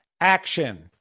action